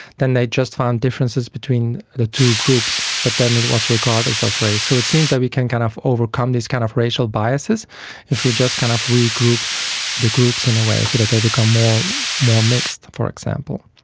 then they just found differences between the two groups, but then it was regardless of race. so it seems that we can kind of overcome these kind of racial biases if we just kind of regroup the groups in a way so that they become more more mixed, for example.